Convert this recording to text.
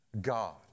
God